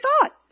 thought